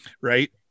Right